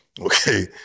Okay